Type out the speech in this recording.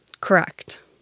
Correct